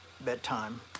bedtime